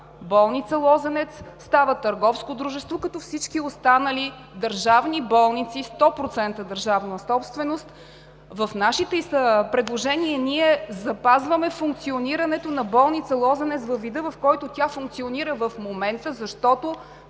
болница „Лозенец“ става търговско дружество като всички останали държавни болници 100% държавна собственост. В нашите предложения запазваме функционирането на болница „Лозенец“ във вида, в който тя функционира в момента, защото